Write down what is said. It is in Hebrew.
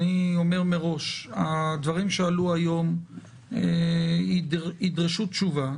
אני אומר מראש, הדברים שעלו היום ידרשו תשובה.